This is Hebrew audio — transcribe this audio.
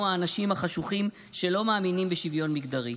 אנשים חשוכים שלא מאמינים בשוויון מגדרי.